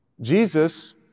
Jesus